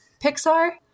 Pixar